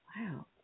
Wow